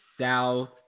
South